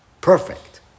perfect